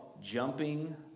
jumping